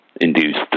induced